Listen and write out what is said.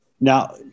Now